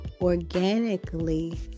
organically